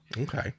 Okay